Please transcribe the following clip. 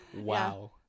Wow